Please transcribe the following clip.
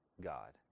God